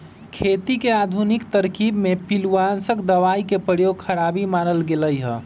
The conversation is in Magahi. खेती के आधुनिक तरकिब में पिलुआनाशक दबाई के प्रयोग खराबी मानल गेलइ ह